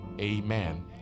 amen